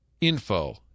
info